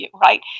right